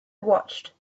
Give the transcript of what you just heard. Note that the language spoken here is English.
watched